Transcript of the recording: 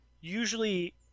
usually